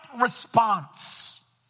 response